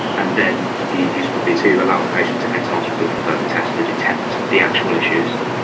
and then the use would be to allow the patient to enter hospital for further tests to detect the actual issues.